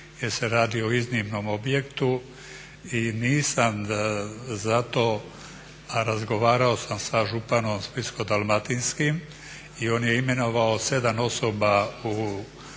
jer se radi o iznimnom objektu i nisam za to, razgovarao sam sa županom splitsko-dalmatinskim i on je imenovao 7 osoba u